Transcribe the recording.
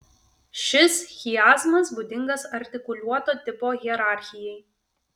šis chiazmas būdingas artikuliuoto tipo hierarchijai